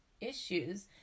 issues